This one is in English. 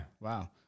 Wow